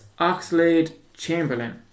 Oxlade-Chamberlain